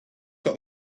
got